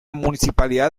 municipalidad